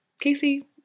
Casey